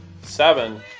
seven